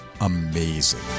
amazing